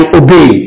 obey